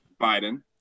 Biden